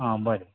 आं बरें